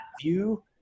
view